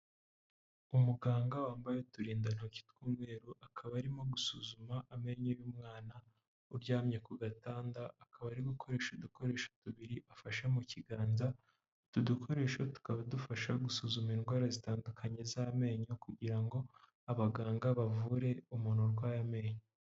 Umuganga wambaye uturindantoki tw'umweru, akaba arimo gusuzuma amenyo y'umwana uryamye ku gatanda, akaba ari gukoresha udukoresho tubiri afashe mu kiganza, utu dukoresho tukaba dufasha gusuzuma indwara zitandukanye z'amenyo kugira ngo abaganga bavure umuntu urwaye amenyo.